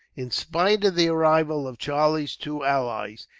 in spite of the arrival of charlie's two allies,